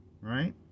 right